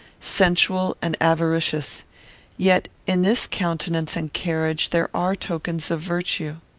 sensual and avaricious yet in this countenance and carriage there are tokens of virtue.